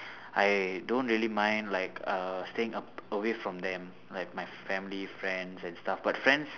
I don't really mind like uh staying up away from them like my family friends and stuff but friends